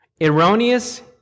Erroneous